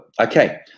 Okay